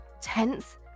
tense